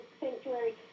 sanctuary